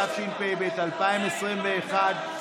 התשפ"ב 2021,